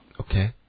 Okay